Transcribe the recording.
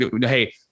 hey